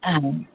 हा